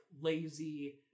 lazy